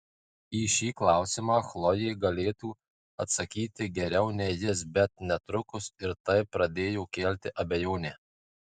į šį klausimą chlojė galėtų atsakyti geriau nei jis bet netrukus ir tai pradėjo kelti abejonę